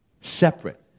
separate